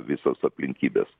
visos aplinkybės